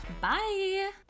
Bye